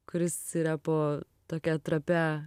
kuris yra po tokia trapia